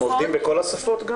אתם עובדים בכל השפות?